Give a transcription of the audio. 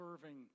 serving